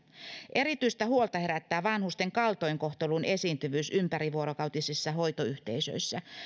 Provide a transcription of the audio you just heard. erityistä huolta herättää vanhusten kaltoinkohtelun esiintyvyys ympärivuorokautisissa hoitoyhteisöissä